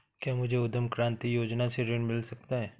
क्या मुझे उद्यम क्रांति योजना से ऋण मिल सकता है?